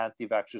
anti-vaxxers